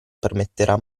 permetterà